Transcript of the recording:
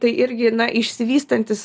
tai irgi išsivystantis